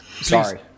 sorry